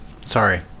Sorry